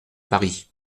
paris